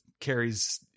carries